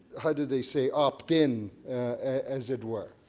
how do they say opt in as it were.